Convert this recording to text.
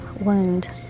wound